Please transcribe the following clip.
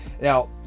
now